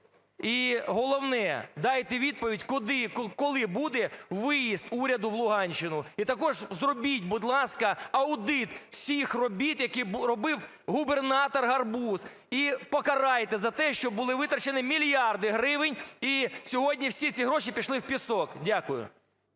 І головне, дайте відповідь, коли буде виїзд уряду в Луганщину. І також зробіть, будь ласка, аудит всіх робіт, які робив губернатор Гарбуз, і покарайте за те, що бути витрачені мільярди гривень, і сьогодні всі ці гроші пішли в пісок. Дякую.